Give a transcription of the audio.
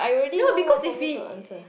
no because if we